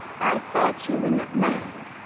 i thought you would not mind,